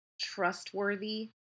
trustworthy